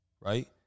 right